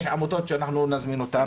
יש גם עמותות שאנחנו נזמין אותם.